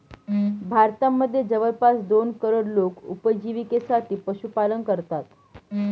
भारतामध्ये जवळपास दोन करोड लोक उपजिविकेसाठी पशुपालन करतात